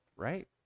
Right